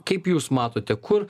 kaip jūs matote kur